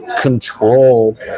control